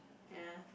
ya